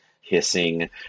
hissing